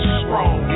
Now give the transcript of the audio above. strong